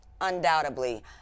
undoubtedly